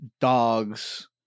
dogs